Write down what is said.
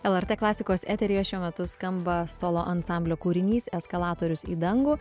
lrt klasikos eteryje šiuo metu skamba solo ansamblio kūrinys eskalatorius į dangų